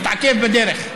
התעכב בדרך,